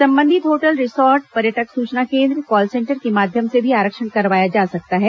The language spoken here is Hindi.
संबंधित होटल रिसॉर्ट पर्यटक सूचना केन्द्र काल सेन्टर के माध्यम से भी आरक्षण करवाया जा सकता है